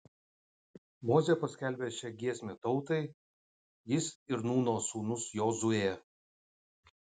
mozė paskelbė šią giesmę tautai jis ir nūno sūnus jozuė